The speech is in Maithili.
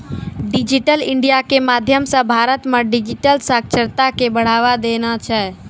डिजिटल इंडिया के माध्यम से भारत मे डिजिटल साक्षरता के बढ़ावा देना छै